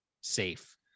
safe